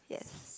yes